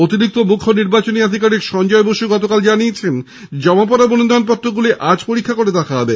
অতিরিক্ত মুখ্য নির্বাচনী আধিকারিক সঞ্জয় বসু গতকাল কলকাতায় জানিয়েছেন জমাপড়া মনোনয়নপত্রগুলি আজ পরীক্ষা করে দেখা হবে